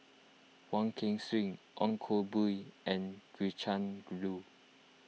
Wong Kan Seng Ong Koh Bee and Gretchen Liu